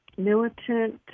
militant